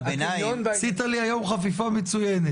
עשית לי היום חפיפה מצוינת.